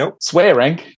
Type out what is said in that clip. swearing